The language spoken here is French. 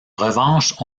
revanche